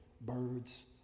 Birds